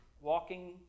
Walking